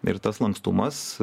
ir tas lankstumas